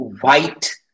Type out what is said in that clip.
white